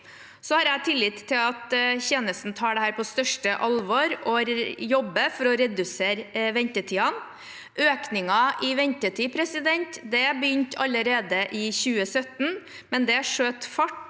Jeg har tillit til at tjenesten tar dette på største alvor og jobber for å redusere ventetidene. Økningen i ventetider begynte allerede i 2017, men skjøt fart